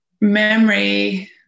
memory